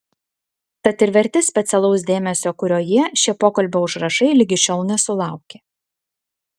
tad ir verti specialaus dėmesio kurio jie šie pokalbio užrašai ligi šiol nesulaukė